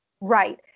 right